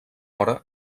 hora